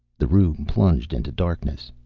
the room plunged into darkness.